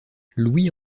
louis